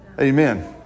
Amen